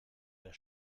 der